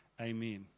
amen